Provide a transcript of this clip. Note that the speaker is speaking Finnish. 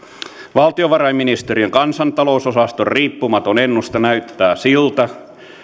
valtionvarainministeriön kansantalousosaston riippumaton ennuste näyttää siltä